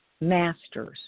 masters